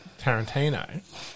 Tarantino